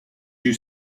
you